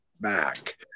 back